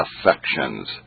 affections